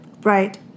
Right